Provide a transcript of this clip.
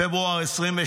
בפברואר 2022